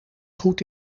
goed